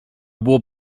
było